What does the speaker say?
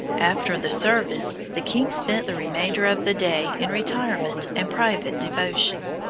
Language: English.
after the service the king spent the remainder of the day in retirement and private devotion.